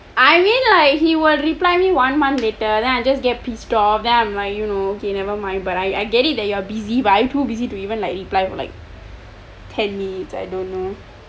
I mean like he will reply me one month later then I just get pissed off then I'm like you know ok never mind I I get it that you are busy but are you too busy to even reply to like ten minutes